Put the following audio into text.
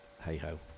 Hey-ho